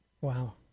Wow